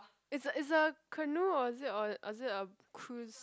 is a is a canoe or is it or or is it a cruise